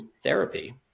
therapy